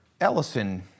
Ellison